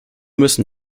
müssen